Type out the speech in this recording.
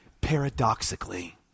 paradoxically